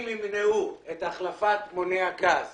אם ימנעו את החלפת מוני הגז